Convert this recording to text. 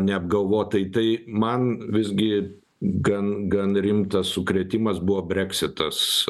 neapgalvotai tai man visgi gan gan rimtas sukrėtimas buvo brexitas